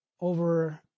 over